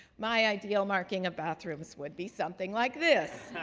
my ideal marking of bathrooms would be something like this.